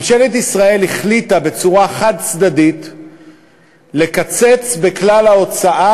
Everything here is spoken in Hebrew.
ממשלת ישראל החליטה בצורה חד-צדדית לקצץ בכלל ההוצאה,